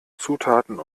zutaten